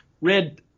red